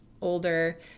older